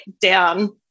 down